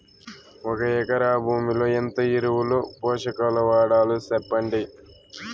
ఒక ఎకరా భూమిలో ఎంత ఎరువులు, పోషకాలు వాడాలి సెప్పండి?